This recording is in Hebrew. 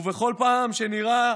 ובכל פעם שנראה